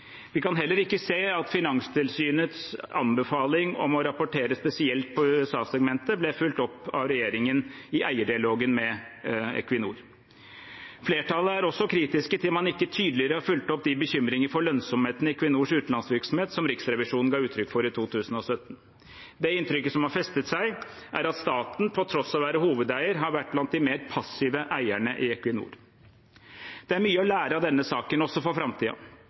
Vi kan heller ikke se at Finanstilsynets anbefaling om å rapportere spesielt på USA-segmentet ble fulgt opp av regjeringen i eierdialogen med Equinor. Flertallet er også kritisk til at man ikke tydeligere har fulgt opp de bekymringer for lønnsomheten i Equinors utenlandsvirksomhet som Riksrevisjonen ga uttrykk for i 2017. Det inntrykket som har festet seg, er at staten, til tross for at den er hovedeier, har vært blant de mer passive eierne i Equinor. Det er mye å lære av denne saken også for